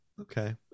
Okay